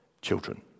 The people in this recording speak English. children